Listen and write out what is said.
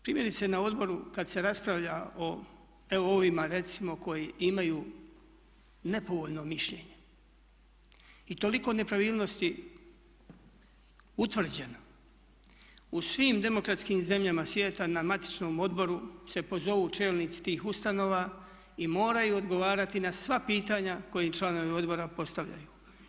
Primjerice na odboru kad se raspravlja o evo ovima recimo koji imaju nepovoljno mišljenje i toliko nepravilnosti utvrđeno u svim demokratskim zemljama svijeta na matičnom odboru se pozovu čelnici tih ustanova i moraju odgovarati na sva pitanja koje im članovi odbora postavljaju.